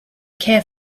care